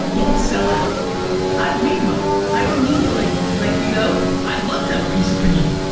don't sell out i've made money i don't need to like like you know, i'd love to have a piece of panini.